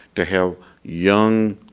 to have young,